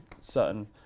certain